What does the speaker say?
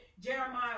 jeremiah